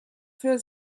für